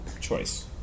choice